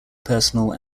personal